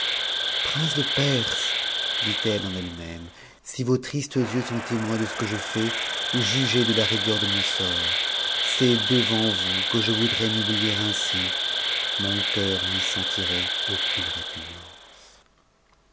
prince de perse dit-elle en eue même si vos tristes yeux sont motns de ce que je fais jugez de la rigueur de mon sort c'est devant t n u vous que je voudrais m'humilier ainsi mon cœur u'y sentirait aucune répugnance